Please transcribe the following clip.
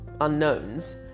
unknowns